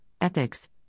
ethics